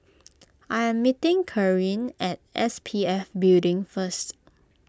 I am meeting Karin at S P F Building first